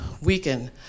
weaken